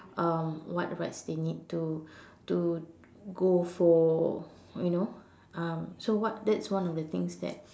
um what rights they need to to go for you know um so what that's one of the things that